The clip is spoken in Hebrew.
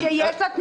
שיש לה תנובה?